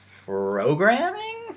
programming